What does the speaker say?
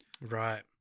Right